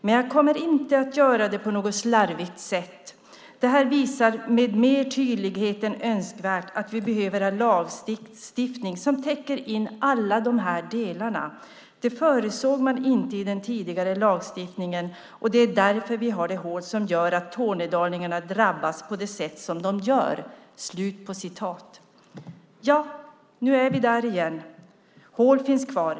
Men jag kommer inte att göra det på något slarvigt sätt. Det här visar med mer tydlighet än önskvärt att vi behöver ha lagstiftning som täcker in alla de här delarna. Det förutsåg man inte i den tidigare lagstiftningen, och det är därför vi har det hål som gör att tornedalingar drabbas på det sätt som de gör." Nu är vi där igen. Hålen finns kvar.